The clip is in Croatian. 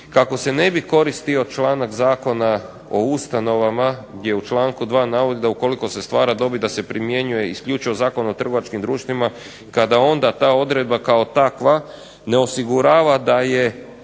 kako se ne bi koristio članak zakona o ustanovama, gdje u članku 2. navodi da ukoliko se stvara dobit da se primjenjuje isključivo Zakon o trgovačkim društvima. Kada onda ta odredba kao takva ne osigurava da je